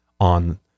on